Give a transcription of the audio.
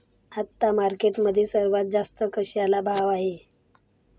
आता मार्केटमध्ये सर्वात जास्त कशाला भाव आहे?